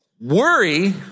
worry